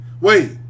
Wait